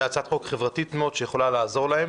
זו הצעת חוק מאוד חברתית, הצעת חוק טובה.